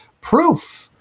proof